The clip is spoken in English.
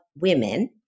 women